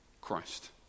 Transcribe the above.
Christ